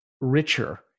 richer